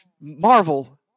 marvel